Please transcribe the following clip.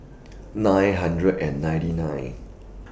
nine hundred and ninety nine